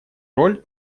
роль